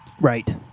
Right